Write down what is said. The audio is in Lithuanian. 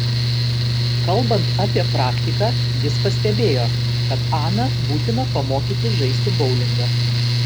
kalbant apie praktiką jis pastebėjo kad aną būtina pamokyti žaisti boulingą